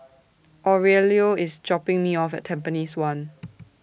Aurelio IS dropping Me off At Tampines one